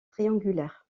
triangulaires